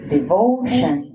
Devotion